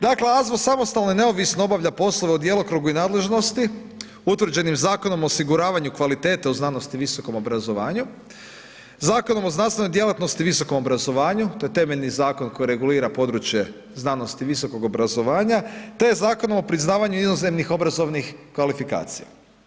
Dakle, AZVO je samostalno i neovisno obavlja poslove u djelokrugu i nadležnosti utvrđenim Zakonom o osiguravanju kvalitete u znanosti i visokom obrazovanju, Zakonom o znanstvenoj djelatnosti i visokom obrazovanju, to je temeljni zakon koji regulira područje znanosti i visokog obrazovanja te Zakon o priznavanju inozemnih obrazovnih kvalifikacija.